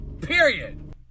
period